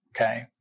Okay